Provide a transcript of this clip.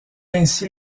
ainsi